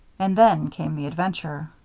and then came the adventure.